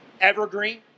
Evergreen